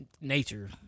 nature